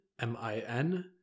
M-I-N